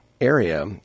area